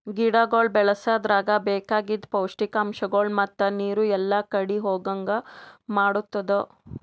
ಗಿಡಗೊಳ್ ಬೆಳಸದ್ರಾಗ್ ಬೇಕಾಗಿದ್ ಪೌಷ್ಟಿಕಗೊಳ್ ಮತ್ತ ನೀರು ಎಲ್ಲಾ ಕಡಿ ಹೋಗಂಗ್ ಮಾಡತ್ತುದ್